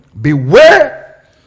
beware